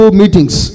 meetings